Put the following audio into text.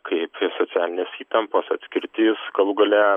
kaip socialinės įtampos atskirtis galų gale